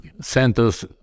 centers